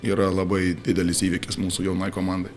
yra labai didelis įvykis mūsų jaunai komandai